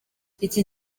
iki